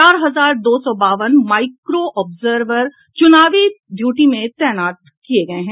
चार हजार दो सौ बावन माइक्रो ऑब्जर्वर चुनावी ड्यूटी में तैनात किये गये हैं